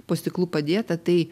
po stiklu padėta tai